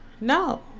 No